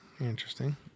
Interesting